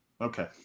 Okay